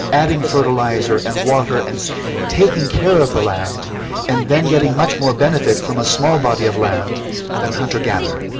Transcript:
adding fertiliser and water and taking care of the land and then getting much more benefit from a small body of land than a hunter gatherer.